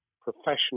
professional